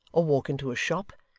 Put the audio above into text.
or walk into a shop,